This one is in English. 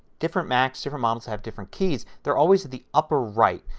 different macs, different models have different keys. they are always at the upper right.